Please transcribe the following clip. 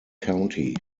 county